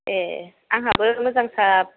ए आंहाबो मोजांसाब